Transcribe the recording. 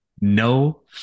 No